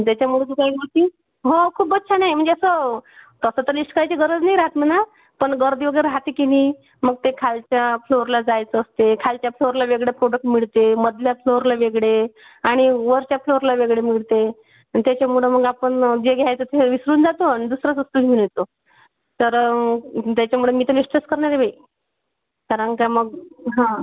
ज्याच्यामुळे हो खूपच छान आहे म्हणजे असं तसं तर लिस्ट करायची गरज नाही राहात म्हणा पण गर्दी वगैरे राहाते की नाही मग ते खालच्या फ्लोअरला जायचं असते खालच्या फ्लोअरला वेगळे प्रोडक्ट मिळते मधल्या फ्लोअरला वेगळे आणि वरच्या फ्लोअरला वेगळे मिळते आणि त्याच्यामुळं मग आपण जे घ्यायचं ते विसरून जातो आणि दुसरंच उचलून घेऊन येतो तर त्याच्यामुळं मी तर लिस्टच करणार आहे बाई कारण काय मग हां